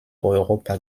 europa